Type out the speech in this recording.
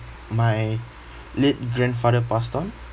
my late grandfather passed on